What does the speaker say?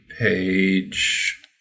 page